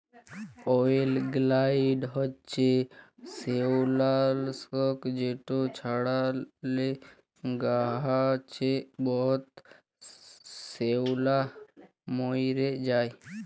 অয়েলগ্যাসাইড হছে শেওলালাসক যেট ছড়াইলে গাহাচে বহুত শেওলা মইরে যায়